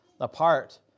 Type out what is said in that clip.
apart